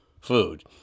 food